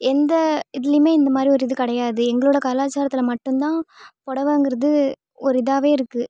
எந்த இதுலேயுமே இந்த மாதிரி ஒரு இது கிடையாது எங்களோடய கலாச்சாரத்தில் மட்டும் தான் பொடவைங்கிறது ஒரு இதாகவே இருக்குது